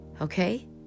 Okay